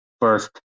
first